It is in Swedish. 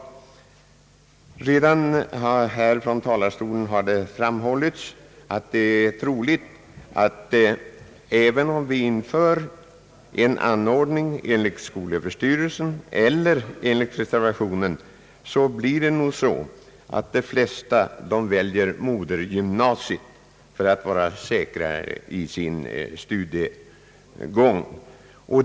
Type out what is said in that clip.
Från denna talarstol har redan framhållits att även om vi inför en ordning enligt skolöverstyrelsen eller enligt reservationen kommer nog de flesta att välja modergymnasiet för att vara säkra i sin studiegång.